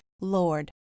Lord